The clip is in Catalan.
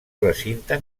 recinte